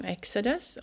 Exodus